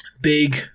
big